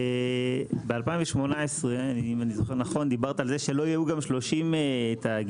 ב- 2018 דיברת על זה שלא יהיו גם 30 תאגידים,